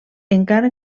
encara